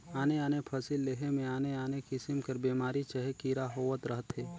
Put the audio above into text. आने आने फसिल लेहे में आने आने किसिम कर बेमारी चहे कीरा होवत रहथें